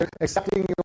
accepting